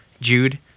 Jude